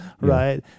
right